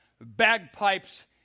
bagpipes